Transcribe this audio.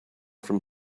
from